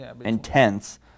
intense